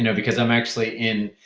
you know because i'm actually in